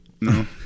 No